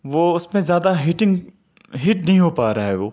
وہ اس میں زیادہ ہیٹنگ ہیٹ نہیں ہو پا رہا ہے وہ